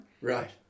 Right